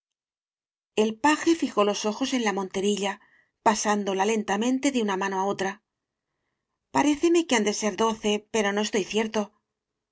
el paje fijó los ojos en la monterilla pa sándola lentamente de una mano á otra paréceme que han de ser doce pero no estoy cierto